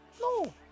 No